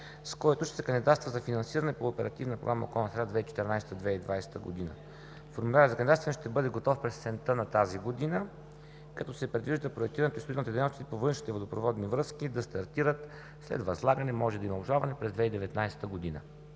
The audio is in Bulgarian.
с който ще се кандидатства за финансиране по Оперативна програма „Околна среда 2014 – 2020 г.“. Формулярът за кандидатстване ще бъде готов през есента на тази година, като се предвижда проектирането и строителните дейности по външните водопроводни връзки да стартират – след възлагане, може да има обжалване – през 2019 г.